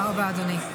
תודה רבה, אדוני.